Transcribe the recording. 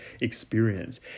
experience